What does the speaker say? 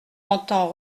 entend